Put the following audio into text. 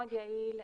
מאוד יעיל